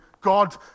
God